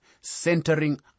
centering